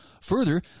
Further